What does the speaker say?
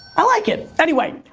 i like it. anyway,